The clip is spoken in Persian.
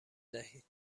دهید